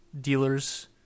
dealers